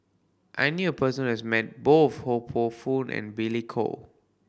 I knew a person who has met both Ho Poh Fun and Billy Koh